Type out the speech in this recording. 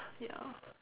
ya